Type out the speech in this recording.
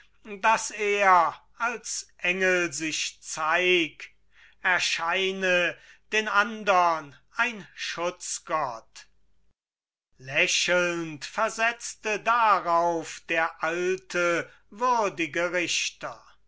daß er als engel sich zeig erscheine den andern ein schutzgott lächelnd versetzte darauf der alte würdige richter